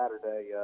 Saturday